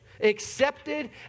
accepted